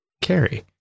carry